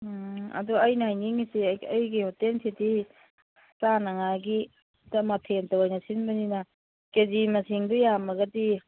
ꯑꯗꯨ ꯑꯩꯅ ꯍꯥꯏꯅꯤꯡꯉꯤꯁꯦ ꯑꯩꯒꯤ ꯍꯣꯇꯦꯜꯁꯤꯗꯤ ꯆꯥꯅꯉꯥꯏꯒꯤ ꯃꯊꯦꯜꯇ ꯑꯣꯏꯅ ꯁꯤꯟꯕꯅꯤꯅ ꯀꯦꯖꯤ ꯃꯁꯤꯡꯗꯨ ꯌꯥꯝꯃꯒꯗꯤ